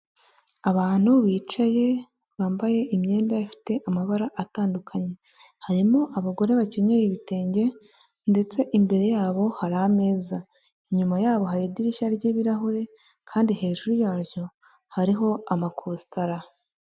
Abantu bicaye bambaye imyenda ifite amabara atandukanye. Harimo abagore bakenyeye ibitenge ndetse imbere yabo hari ameza. Inyuma yabo hari idirishya ry'ibirahure kandi hejuru yaryo hariho amakositara.